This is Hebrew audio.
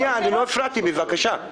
בבקשה,